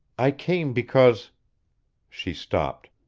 i came because she stopped,